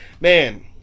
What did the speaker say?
Man